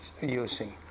using